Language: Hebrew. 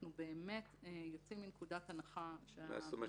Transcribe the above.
אנחנו באמת יוצאים מנקודת הנחה -- זאת אומרת